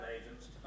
agents